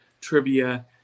trivia